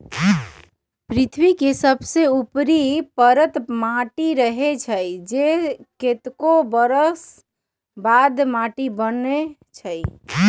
पृथ्वी के सबसे ऊपरी परत माटी रहै छइ जे कतेको बरख बाद माटि बनै छइ